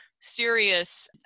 serious